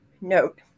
Note